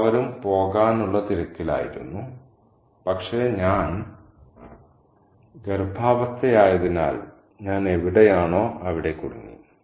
എല്ലാവരും പോകാനുള്ള തിരക്കിലായിരുന്നു പക്ഷേ ഞാൻ ഗർഭാവസ്ഥയായതിനാൽ ഞാൻ എവിടെയാണോ അവിടെ കുടുങ്ങി